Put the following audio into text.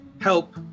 help